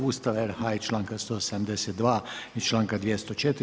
Ustava RH i članka 172. i članka 204.